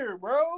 bro